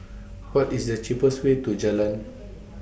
What IS The cheapest Way to Jalan